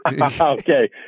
Okay